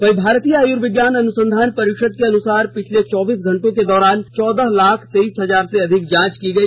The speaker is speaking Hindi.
वहीं भारतीय आयुर्विज्ञान अनुसंधान परिषद के अनुसार पिछले चौबीस घंटों के दौरान चौदह लाख तेईस हजार से अधिक जांच की गई